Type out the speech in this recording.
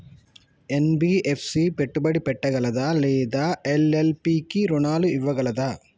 NBFC పెట్టుబడి పెట్టగలదా లేదా ఎల్.ఎల్.పి కి రుణాలు ఇవ్వగలదా?